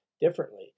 differently